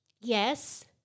Yes